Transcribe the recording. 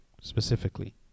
specifically